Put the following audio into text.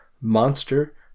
monster